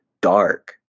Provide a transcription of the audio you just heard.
dark